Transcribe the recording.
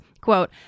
Quote